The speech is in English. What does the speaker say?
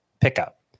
pickup